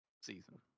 season